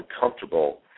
uncomfortable